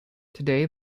today